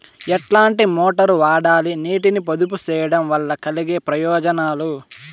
ఎట్లాంటి మోటారు వాడాలి, నీటిని పొదుపు సేయడం వల్ల కలిగే ప్రయోజనాలు?